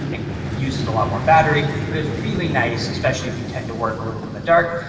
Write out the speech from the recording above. it uses a lot more battery, but it's really nice, especially if you tend to work a little bit in the dark.